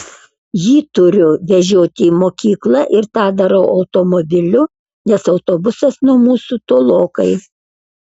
jį turiu vežioti į mokyklą ir tą darau automobiliu nes autobusas nuo mūsų tolokai